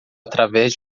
através